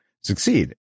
succeed